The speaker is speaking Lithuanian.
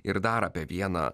ir dar apie vieną